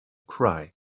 cry